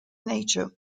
nature